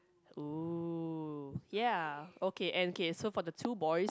!oo! ya okay and K so for the two boys